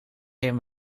heeft